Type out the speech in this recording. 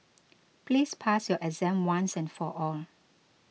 please pass your exam once and for all